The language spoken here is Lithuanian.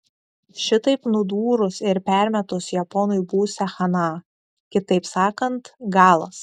šitaip nudūrus ir permetus japonui būsią chana kitaip sakant galas